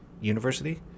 University